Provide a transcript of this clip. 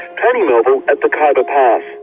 tony melville at the khyber pass.